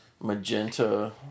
magenta